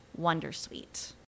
Wondersuite